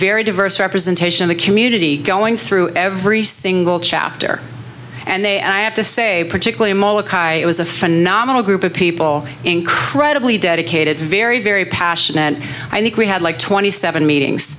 very diverse representation of the community going through every single chapter and they i have to say particularly it was a phenomenal group of people incredibly dedicated very very passionate and i think we had like twenty seven meetings